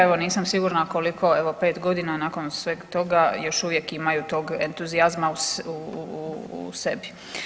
Evo nisam sigurna koliko, evo 5 godina nakon sveg toga još uvijek imaju tog entuzijazma u sebi.